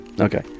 Okay